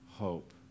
hope